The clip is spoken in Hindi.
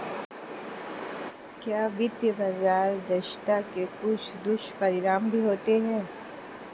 क्या वित्तीय बाजार दक्षता के कुछ दुष्परिणाम भी होते हैं?